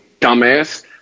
dumbass